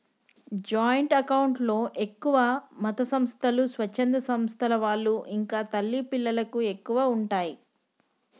joint account లో ఎక్కువగా మతసంస్థలు, స్వచ్ఛంద సంస్థల వాళ్ళు ఇంకా తల్లి పిల్లలకు ఎక్కువగా ఉంటయ్